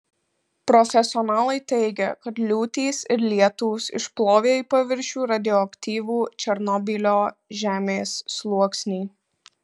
profesionalai teigia kad liūtys ir lietūs išplovė į paviršių radioaktyvų černobylio žemės sluoksnį